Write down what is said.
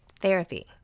Therapy